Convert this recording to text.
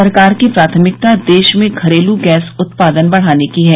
सरकार की प्राथमिकता देश में घरेलू गैस उत्पादन बढ़ाने की है